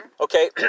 Okay